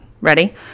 Ready